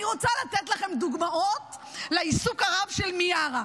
אני רוצה לתת לכם דוגמאות לעיסוק הרב של מיארה.